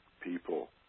people